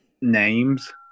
names